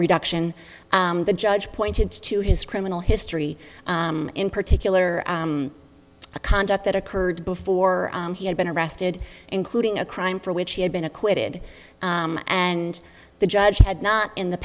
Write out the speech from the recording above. reduction the judge pointed to his criminal history in particular a conduct that occurred before he had been arrested including a crime for which he had been acquitted and the judge had not in the